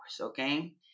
okay